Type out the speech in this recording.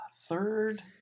third